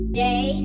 Day